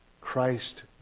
Christ